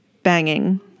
banging